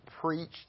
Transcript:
preached